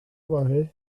fory